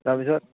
তাৰপিছত